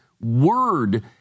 word